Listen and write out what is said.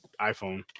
iPhone